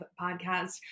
podcast